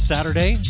Saturday